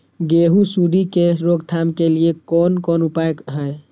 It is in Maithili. गेहूँ सुंडी के रोकथाम के लिये कोन कोन उपाय हय?